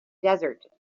desert